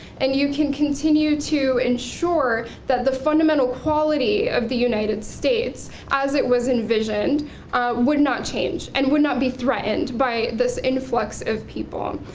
and you can continue to ensure that the fundamental quality of the united states as it was envisioned would not change and would not be threatened by this influx of people,